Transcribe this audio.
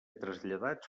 traslladats